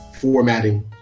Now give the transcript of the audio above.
formatting